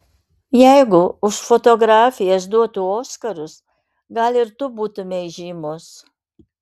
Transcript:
jeigu už fotografijas duotų oskarus gal ir tu būtumei žymus